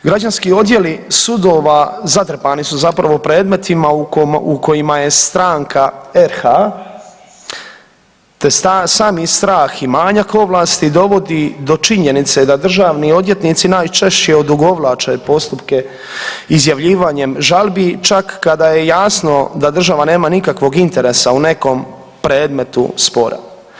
Građanski odjeli sudova zatrpani su zapravo predmetima u kojima je stranka RH te sami strah i manjak ovlasti dovodi do činjenice da državni odvjetnici najčešće odugovlače postupke izjavljivanjem žalbi čak kada je jasno da država nema nikakvog interesa u nekom predmetu spora.